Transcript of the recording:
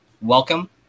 welcome